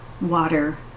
water